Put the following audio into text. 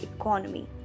economy